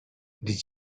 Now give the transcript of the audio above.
did